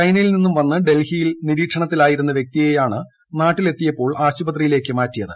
ചൈനയിൽ നിന്നും വന്ന് ഡൽഹിയിൽ നിരീക്ഷണത്തിലായിരുന്ന വ്യക്തിയെയാണ് നാട്ടിലെത്തിയപ്പോൾ ആശുപത്രിയിലേക്ക് മാറ്റിയത്